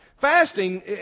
Fasting